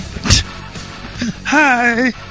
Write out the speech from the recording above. Hi